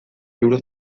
euro